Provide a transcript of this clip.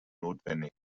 notwendig